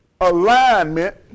alignment